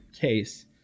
case